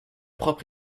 propre